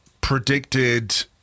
predicted